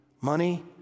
money